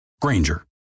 Granger